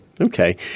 Okay